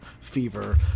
fever